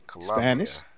Spanish